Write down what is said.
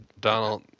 Donald